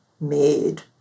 made